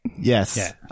Yes